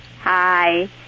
Hi